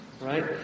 Right